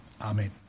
Amen